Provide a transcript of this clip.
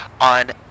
on